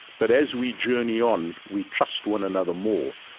but as we journey on, we trust one another more.